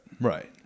right